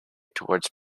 towards